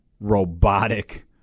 robotic